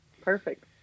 Perfect